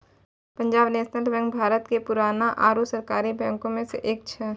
Punjab National Bank Bharat के पुराना आरु सरकारी बैंको मे से एक छै